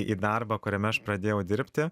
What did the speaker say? į darbą kuriame aš pradėjau dirbti